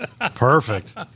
Perfect